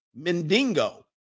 mendingo